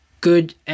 good